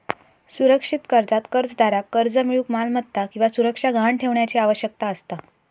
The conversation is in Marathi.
सुरक्षित कर्जात कर्जदाराक कर्ज मिळूक मालमत्ता किंवा सुरक्षा गहाण ठेवण्याची आवश्यकता असता